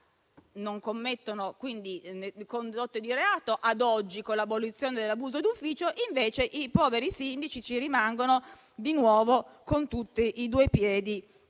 non commettono reato ad oggi, con l'abolizione dell'abuso d'ufficio. Invece, i poveri sindaci ci rimangono di nuovo con tutti e due i piedi